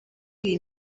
iyi